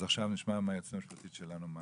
אז עכשיו נשמע את היועצת המשפטית שלנו.